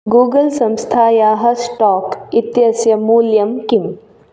Google संस्थायाः stock इत्यस्य मूल्यं किम्